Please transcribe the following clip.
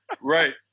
Right